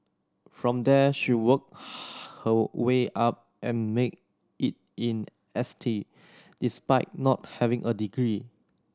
from there she worked her way up and made it in S T despite not having a degree